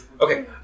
Okay